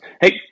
Hey